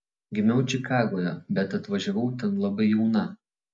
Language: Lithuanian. gimiau čikagoje bet atvažiavau ten labai jauna